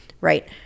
right